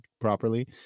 properly